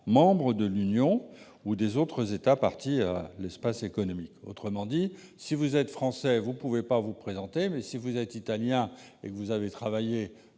membres de l'Union européenne ou États parties à l'Espace économique européen. Autrement dit, si vous êtes Français, vous ne pouvez pas vous présenter, mais si vous êtes italien et avez travaillé